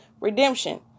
redemption